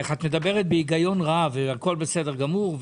את מדברת בהיגיון רב והכל בסדר גמור.